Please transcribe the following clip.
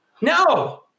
No